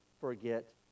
forget